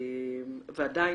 ועדיין,